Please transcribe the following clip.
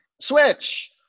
switch